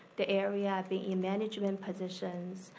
the area being in management positions.